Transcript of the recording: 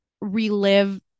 relive